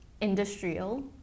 Industrial